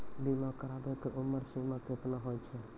बीमा कराबै के उमर सीमा केतना होय छै?